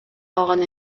алган